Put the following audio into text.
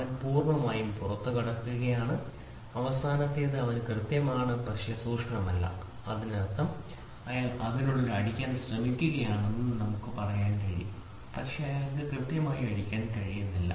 അവൻ പൂർണ്ണമായും പുറത്തുകടക്കുകയാണ് അവസാനത്തേത് അവൻ കൃത്യമാണ് പക്ഷേ സൂക്ഷ്മമല്ല അതിനർത്ഥം അയാൾ അതിനുള്ളിൽ അടിക്കാൻ ശ്രമിക്കുകയാണെന്ന് പറയാൻ കഴിയും പക്ഷേ അയാൾക്ക് കൃത്യമായി അടിക്കാൻ കഴിയില്ല